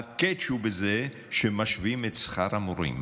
ה-catch הוא בזה שמשווים את שכר המורים.